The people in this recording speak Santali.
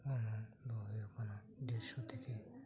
ᱜᱚᱱᱚᱝ ᱫᱚ ᱦᱳᱭᱳᱜ ᱠᱟᱱᱟ ᱰᱮᱲᱥᱚ ᱛᱷᱮᱹᱠᱮᱹ